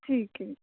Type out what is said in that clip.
ਠੀਕ ਏ